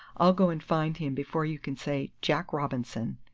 i'll go and find him before you can say jack robinson!